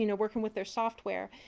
you know working with their software.